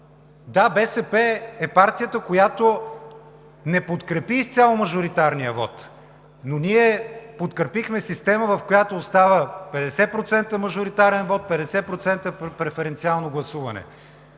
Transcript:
да, БСП е партията, която не подкрепи изцяло мажоритарния вот, но ние подкрепихме системата, в която остава 50% мажоритарен вот, 50% – преференциално гласуване.